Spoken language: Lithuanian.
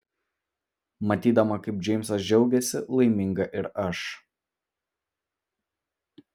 matydama kaip džeimsas džiaugiasi laiminga ir aš